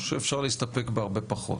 או שאפשר להסתפק בהרבה פחות?